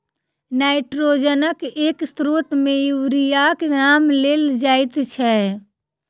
नाइट्रोजनक एक स्रोत मे यूरियाक नाम लेल जाइत छै